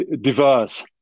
diverse